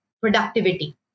productivity